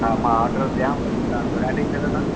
हा मां ऑडर ॾियांव त तव्हां घुराए ॾई सघंदा